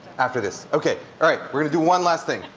after this, ok. all right. we're going to do one last thing.